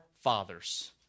fathers